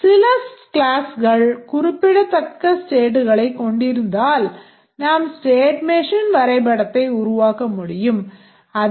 சில classகள் குறிப்பிடத்தக்க stateகளைக் கொண்டிருந்தால் நாம் state machine வரைபடத்தை உருவாக்க முடியும